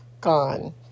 gone